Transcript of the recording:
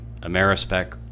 Amerispec